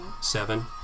Seven